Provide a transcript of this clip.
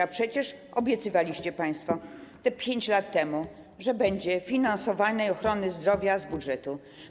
A przecież obiecywaliście państwo 5 lat temu, że będzie finansowanie ochrony zdrowia z budżetu.